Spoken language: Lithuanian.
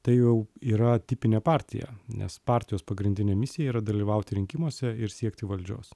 tai jau yra tipinė partija nes partijos pagrindinė misija yra dalyvauti rinkimuose ir siekti valdžios